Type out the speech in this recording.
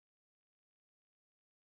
so Peggy Sue lah